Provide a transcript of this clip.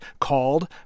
called